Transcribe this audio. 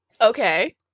okay